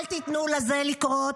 אל תיתנו לזה לקרות,